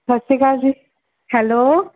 ਸਤਿ ਸ਼੍ਰੀ ਅਕਾਲ ਜੀ ਹੈਲੋ